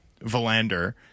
Valander